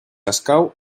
escau